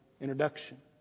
introduction